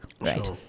right